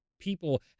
people